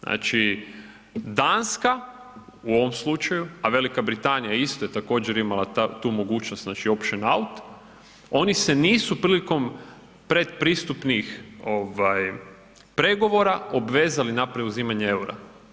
Znači Danska u ovom slučaju, a Velika Britanija isto je također imala tu mogućnost znači options out, oni se prilikom pretpristupnih pregovora obvezali na preuzimanje eura.